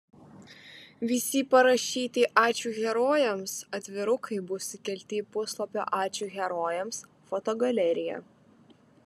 visi parašyti ačiū herojams atvirukai bus įkelti į puslapio ačiū herojams fotogaleriją